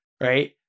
right